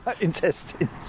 Intestines